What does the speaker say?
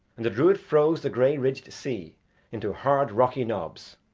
and the druid froze the grey-ridged sea into hard rocky knobs,